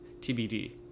TBD